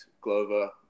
Glover